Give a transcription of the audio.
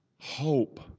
hope